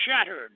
shattered